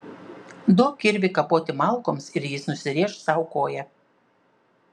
duok kirvį kapoti malkoms ir jis nusirėš sau koją